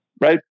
Right